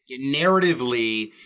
narratively